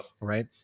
right